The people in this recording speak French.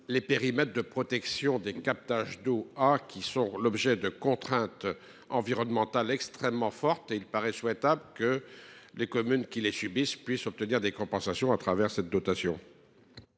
les périmètres de protection de captages d’eau A qui sont l’objet de contraintes environnementales extrêmement fortes. Il paraît souhaitable que les communes qui les subissent puissent obtenir des compensations au travers de cette dotation.